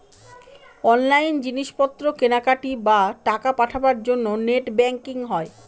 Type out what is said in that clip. online জিনিস পত্র কেনাকাটি, বা টাকা পাঠাবার জন্য নেট ব্যাঙ্কিং হয়